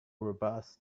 robust